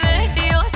Radio